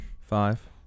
five